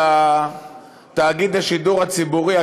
על תאגיד השידור הציבורי,